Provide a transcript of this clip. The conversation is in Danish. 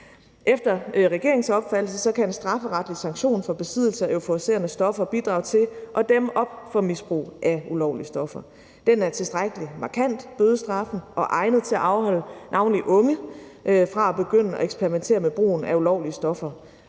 Efter regeringens opfattelse kan en strafferetlig sanktion for besiddelse af euforiserende stoffer bidrage til at dæmme op for misbrug af ulovlige stoffer. Bødestraffen er tilstrækkelig markant og egnet til at afholde navnlig unge fra at begynde at eksperimentere med brugen af ulovlige stoffer.